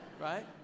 right